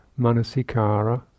Manasikara